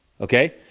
okay